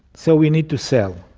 so we need to sell.